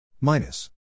Minus